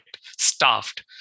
staffed